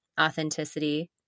authenticity